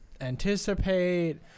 anticipate